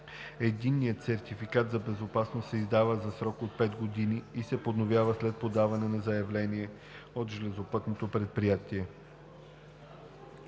Единният сертификат за безопасност се издава за срок до пет години и се подновява след подаване на заявление от железопътното предприятие.